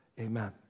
Amen